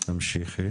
תמשיכי.